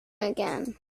again